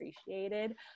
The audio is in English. appreciated